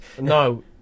No